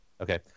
Okay